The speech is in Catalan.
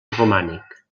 romànic